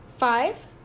Five